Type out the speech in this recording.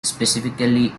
specifically